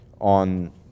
on